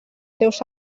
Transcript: seus